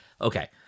Okay